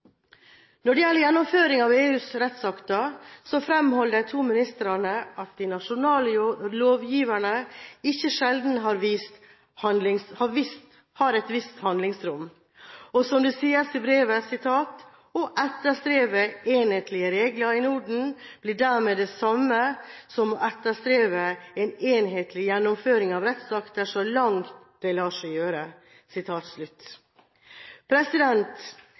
gjelder gjennomføring av EUs rettsakter, fremholder de to ministrene at de nasjonale lovgiverne ikke sjelden har et visst «handlingsrom». Som det sies i brevet: «Å etterstrebe enhetlige regler i Norden blir dermed det samme som å etterstrebe en enhetlig gjennomføring av rettsaktene så langt det lar seg gjøre.»